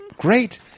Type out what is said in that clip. great